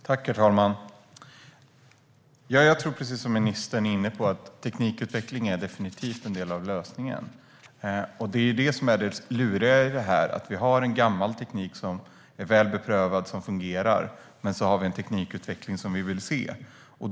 Herr talman! Jag tror, precis som ministern är inne på, att teknikutveckling definitivt är en del av lösningen. Det är det som är det luriga. Vi har en gammal teknik som är väl beprövad och fungerar, och sedan har vi en teknikutveckling som vi vill se.